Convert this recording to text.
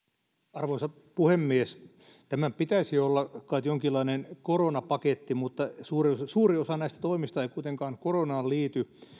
arvoisa puhemies tämän pitäisi olla kai jonkinlainen koronapaketti mutta suuri suuri osa näistä toimista ei kuitenkaan koronaan liity